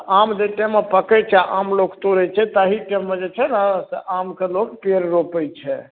तऽ आम जाहि टाइममे पकैत छै आम लोक तोड़ैत छै ताहि टाइममे जे छै ने से आम कऽ लोक पेड़ रोपैत छै